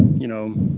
you know,